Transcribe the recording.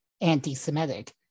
anti-Semitic